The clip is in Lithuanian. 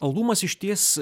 albumas išties